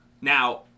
Now